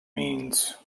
means